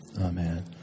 Amen